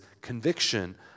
conviction